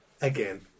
again